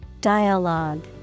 Dialogue